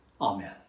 Amen